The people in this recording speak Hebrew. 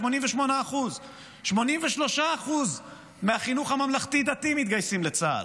88%. 83% מהחינוך הממלכתי-דתי מתגייסים לצה"ל.